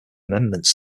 amendments